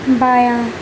بایاں